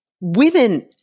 women